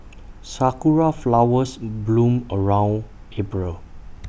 Sakura Flowers bloom around April